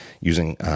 using